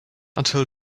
until